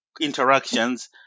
interactions